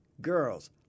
girls